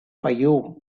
fayoum